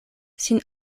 sin